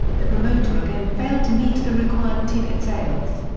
the promoter again failed to meet the required ticket sales.